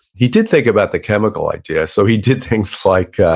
he did think about the chemical idea, so he did things like, ah